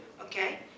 Okay